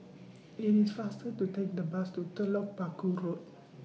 IT IS faster to Take The Bus to Telok Paku Road